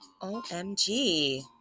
OMG